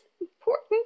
important